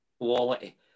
quality